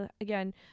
again